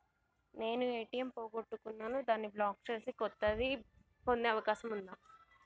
నేను ఏ.టి.ఎం పోగొట్టుకున్నాను దాన్ని బ్లాక్ చేసి కొత్తది పొందే అవకాశం ఉందా?